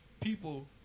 people